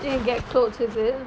then you get clothes is it